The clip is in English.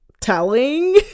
telling